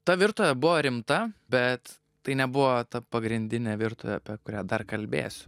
ta virtuvė buvo rimta bet tai nebuvo ta pagrindinė virtuvė apie kurią dar kalbėsiu